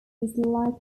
disliked